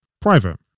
private